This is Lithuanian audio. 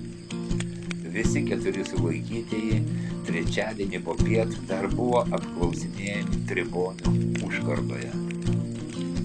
visi keturi sulaikytieji trečiadienį popiet dar buvo apklausinėjami tribonių užkardoje